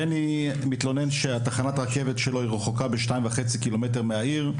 בני מתלונן שתחת הרכבת שלו רחוקה ב- 2.5 קילומטר מהעיר,